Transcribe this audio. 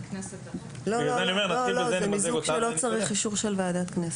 את הדבר הזה צריך לקטוע וצריך לעצור.